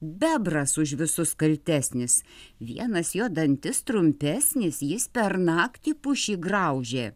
bebras už visus kaltesnis vienas jo dantis trumpesnis jis per naktį pušį graužė